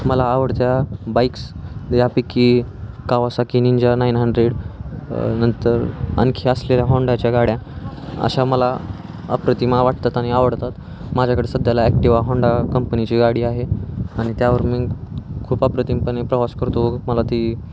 मला आवडत्या बाईक्स यापैकी कावासाकी निंजा नाईन हंड्रेड नंतर आणखी असलेल्या हाँडाच्या गाड्या अशा मला अप्रतिम वाटतात आणि आवडतात माझ्याकडे सध्याला ॲक्टिवा होंडा कंपनीची गाडी आहे आणि त्यावर मी खूप अप्रतिमपणे प्रवास करतो मला ती